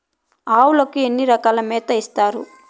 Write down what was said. ఆవులకి ఎన్ని రకాల మేతలు ఇస్తారు?